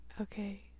okay